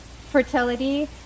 fertility